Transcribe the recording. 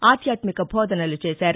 ఆధ్యాత్మిక బోధనలు చేశారు